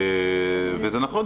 וזה נכון,